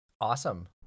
Awesome